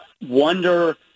wonder